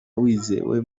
wizewe